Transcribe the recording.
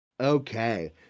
Okay